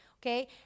okay